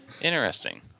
Interesting